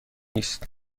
است